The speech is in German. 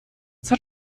zeit